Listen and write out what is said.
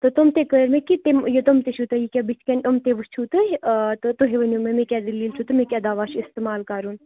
تہٕ تِم تہِ کٔرۍ مےٚ کہِ تِم یہِ تِم تہِ چھِو تۄہہِ ییٚکیاہ بٕتھۍ کَنۍ تہِ یِم تہِ وٕچھِو تُہۍ تہٕ تُہۍ ؤنِو مےٚ مےٚ کیاہ دٔلیٖل چھِ تہٕ مےٚ کیاہ دَوا چھُ اِستعمال کَرُن